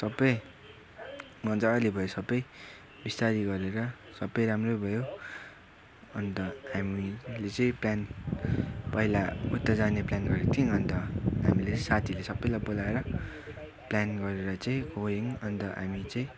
सबै मज्जाले भयो सबै बिस्तारी गरेर सबै राम्रो भयो अन्त हामीले चाहिँ प्लान पहिला उता जाने प्लान गरेको थियौँ अन्त हामीले साथीहरू सबैलाई बोलाएर प्लान गरेर चाहिँ गयौँ अन्त हामी चाहिँ